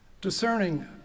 Discerning